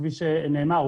כפי שנאמר,